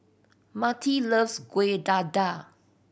Marti loves Kueh Dadar